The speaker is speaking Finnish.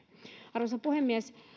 arvoisa puhemies